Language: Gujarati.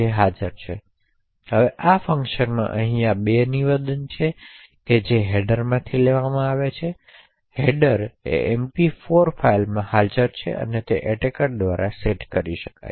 હવે આ ફંક્શનમાં અહીં આ 2 નિવેદનો છે જે હેડરમાંથી લેવામાં આવે છે તેથી હેડર એમપી 4 ફાઇલમાં હાજર છે અને તે એટેકર દ્વારા સેટ કરી શકાય છે